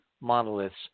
monoliths